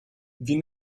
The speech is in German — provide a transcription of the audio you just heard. wie